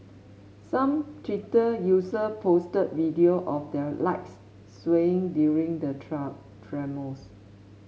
some Twitter user posted video of their lights swaying during the tremors